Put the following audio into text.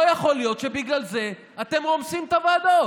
לא יכול להיות שבגלל זה אתם רומסים את הוועדות.